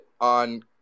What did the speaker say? on